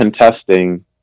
contesting